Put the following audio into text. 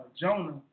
Jonah